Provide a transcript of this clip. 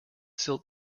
silk